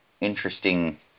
interesting